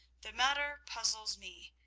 the matter puzzles me.